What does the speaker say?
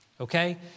Okay